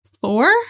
Four